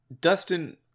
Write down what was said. Dustin